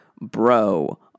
bro